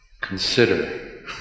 consider